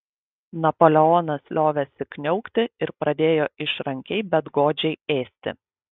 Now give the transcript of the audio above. napoleonas liovėsi kniaukti ir pradėjo išrankiai bet godžiai ėsti